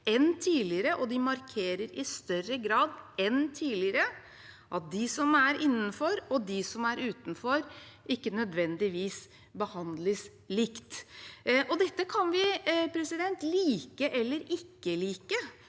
enn tidligere, og de markerer i større grad enn tidligere at de som er innenfor og de som er utenfor, ikke nødvendigvis behandles likt. Dette kan vi like eller ikke like,